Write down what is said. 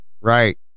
right